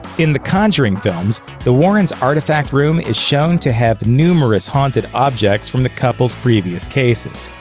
in the conjuring films, the warrens' artifact room is shown to have numerous haunted objects from the couple's previous cases.